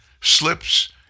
slips